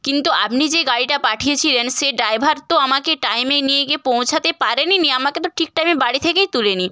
কিন্তু আপনি যে গাড়িটা পাঠিয়েছিলেন সে ড্রাইভার তো আমাকে টাইমে নিয়ে গিয়ে পৌঁছাতে পারেনইনি আমাকে তো ঠিক টাইমে বাড়ি থেকেই তোলেনি